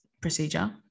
procedure